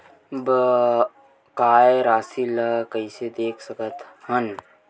बकाया राशि ला कइसे देख सकत हान?